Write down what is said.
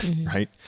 Right